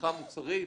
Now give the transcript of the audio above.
תמיכה מוסרית,